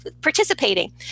participating